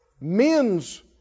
Men's